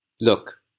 Look